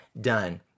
done